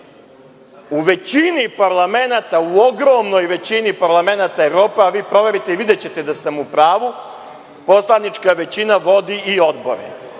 U većini parlamenata, ogromnoj većini parlamenata Evrope, a vi proverite i videćete da sam u pravu poslanička većina vodi i odbore